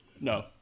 No